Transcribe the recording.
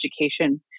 education